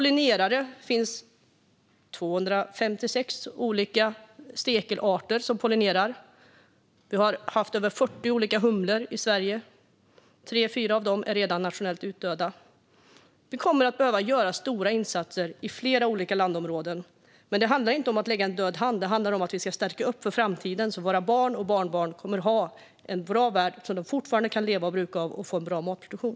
Det finns 256 olika stekelarter som pollinerar. Vi har haft över 40 olika humletyper i Sverige, och 3-4 av dem är redan nationellt utdöda. Vi kommer att behöva göra flera olika insatser i flera olika landområden. Det handlar dock inte om att lägga en död hand på dem utan om att stärka upp för framtiden så att våra barn och barnbarn får en bra värld som de kan leva på och bruka för en bra matproduktion.